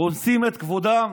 רומסים את כבודם,